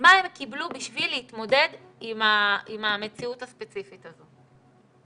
מה הם קיבלו בשביל להתמודד עם המציאות הספציפית הזאת.